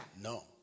No